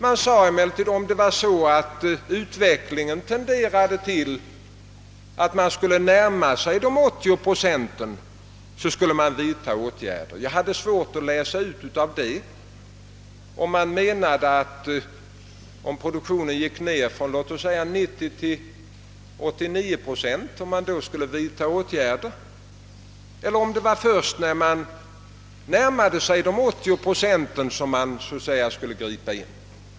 Man säger emellertid att om utvecklingen blir sådan att vi närmar oss de 809 procenten, så skall man vidta åtgärder. Jag hade av det svårt att läsa ut om man menade, att ifall produktionen gick ned från låt oss säga 90 till 89 procent skulle åtgärder vidtas, eller om det var först när vi närmade oss de 80 procenten som man skulle gripa in.